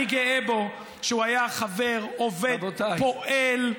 אני גאה בו שהוא היה חבר, עובד, פועל.